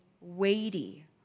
weighty